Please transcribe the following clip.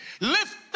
Lift